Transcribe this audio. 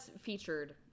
featured